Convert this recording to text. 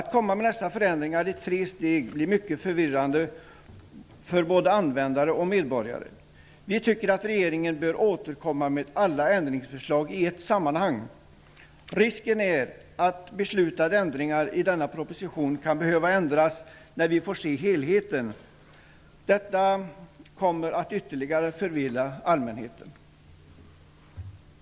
Att komma med dessa föränringar i tre steg blir mycket förvirrande för både användare och medborgare. Vi tycker att regeringen bör återkomma med alla ändringsförslag i ett sammanhang. Risken är att beslutade ändringar i denna proposition kan behöva göras om när vi får se helheten. Detta kommer att ytterligare förvirra allmänheten.